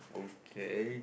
okay